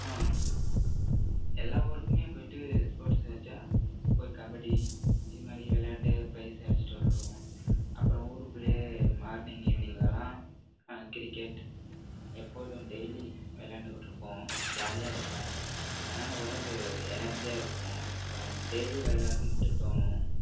எல்லா ஊருக்குமே போயிட்டு ஸ்போட்ஸ் வச்சால் போய் கபடி இது மாதிரி விளாண்டு ப்ரைஸ் அடித்துட்டு வருவோம் அப்புறம் ஊருக்குள்ளே மார்னிங் ஈவினிங்கிலலாம் கிரிக்கெட் எப்போதும் டெய்லி விளாண்டுக்கிட்ருப்போம் ஜாலியாக இருக்கும் அதனால உடம்பு எனர்ஜியாக இருக்கும் டெய்லி விளாடுணுன்ட்டு தோணும்